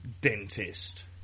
dentist